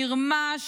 מרמה,